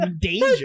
danger